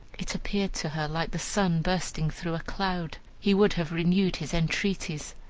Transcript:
it appeared to her like the sun bursting through a cloud. he would have renewed his entreaties,